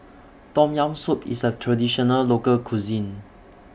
Tom Yam Soup IS A Traditional Local Cuisine